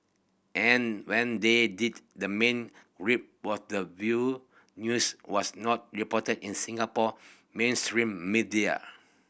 and when they did the main gripe was the view news was not reported in Singapore mainstream media